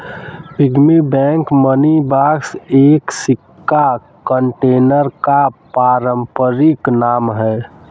piggy bank money box एक सिक्का container का पारंपरिक नाम है